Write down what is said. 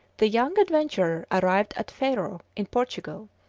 the young adventurer arrived at faro, in portugal,